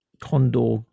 Condor